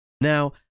Now